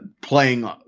playing